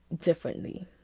differently